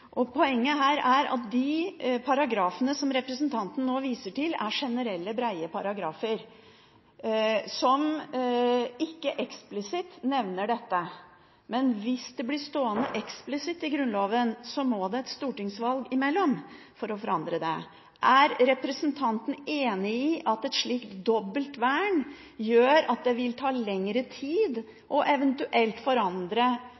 interesser. Poenget her er at de paragrafene som representanten nå viser til, er generelle, brede paragrafer som ikke eksplisitt nevner dette. Men hvis det blir stående eksplisitt i Grunnloven, må det til et stortingsvalg imellom for å forandre det. Er representanten enig i at et slikt dobbelt vern gjør at det vil ta lengre tid eventuelt å forandre